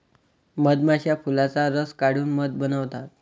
मधमाश्या फुलांचा रस काढून मध बनवतात